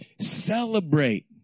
celebrate